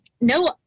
no